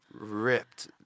Ripped